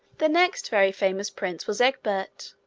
the next very famous prince was egbert.